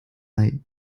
night